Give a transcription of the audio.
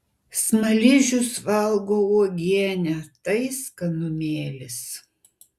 smaližius valgo uogienę tai skanumėlis